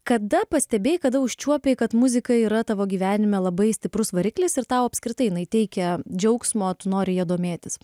kada pastebėjai kada užčiuopei kad muzika yra tavo gyvenime labai stiprus variklis ir tau apskritai jinai teikia džiaugsmo tu nori ja domėtis